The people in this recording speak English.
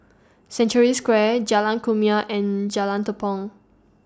Century Square Jalan Kumia and Jalan Tepong